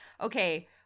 okay